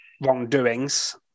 wrongdoings